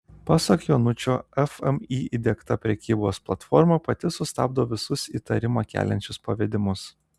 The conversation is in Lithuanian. pasak jonučio fmį įdiegta prekybos platforma pati sustabdo visus įtarimą keliančius pavedimus